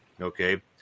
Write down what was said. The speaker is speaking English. Okay